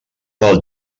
del